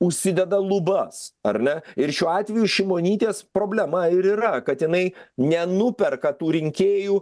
užsideda lubas ar na ir šiuo atveju šimonytės problema ir yra kad jinai nenuperka tų rinkėjų